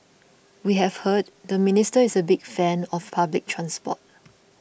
we have heard the minister is a big fan of public transport